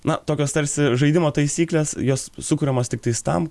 na tokios tarsi žaidimo taisyklės jos sukuriamos tiktais tam